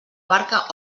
barca